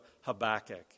Habakkuk